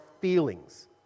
feelings